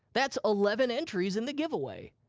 that's eleven entries in the giveaway.